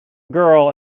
girl